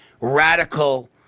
radical